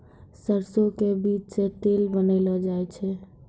सरसों के बीज सॅ तेल बनैलो जाय छै